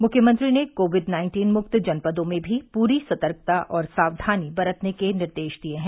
मुख्यमंत्री ने COVID nineteen मुक्त जनपदों में भी पूरी सतर्कता और साक्धानी बरतने के निर्देश दिए हैं